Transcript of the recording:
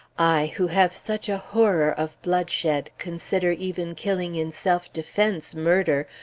i, who have such a horror of bloodshed, consider even killing in self-defense murder,